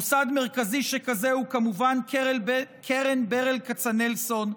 מוסד מרכזי שכזה הוא כמובן קרן ברל כצנלסון,